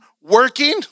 working